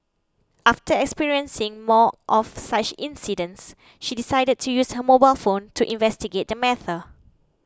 after experiencing more of such incidents she decided to use her mobile phone to investigate the matter